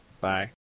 Bye